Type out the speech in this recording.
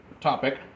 topic